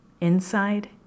inside